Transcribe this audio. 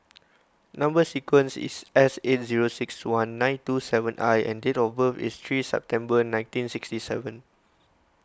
Number Sequence is S eight zero six one nine two seven I and date of birth is three September nineteen sixty seven